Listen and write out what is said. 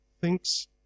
thinks